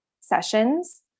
sessions